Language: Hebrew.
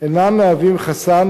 אינן מהוות חסם,